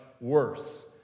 worse